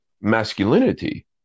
masculinity